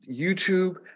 YouTube